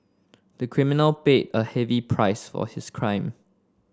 the criminal paid a heavy price for his crime